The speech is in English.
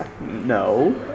No